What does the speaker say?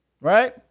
right